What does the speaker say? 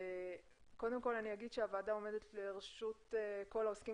אני אומר שהוועדה עומדת לרשות כלל העוסקים